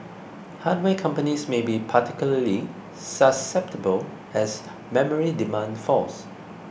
hardware companies may be particularly susceptible as memory demand falls